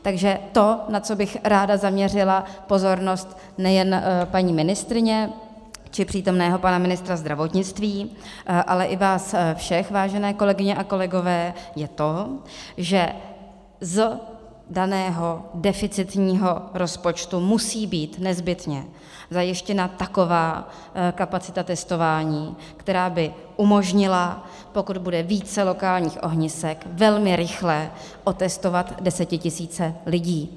Takže to, na co bych ráda zaměřila pozornost nejen paní ministryně či přítomného pana ministra zdravotnictví, ale i vás všech, vážené kolegyně a kolegové, je to, že z daného deficitního rozpočtu musí být nezbytně zajištěna taková kapacita testování, která by umožnila, pokud bude více lokálních ohnisek, velmi rychle otestovat desetitisíce lidí.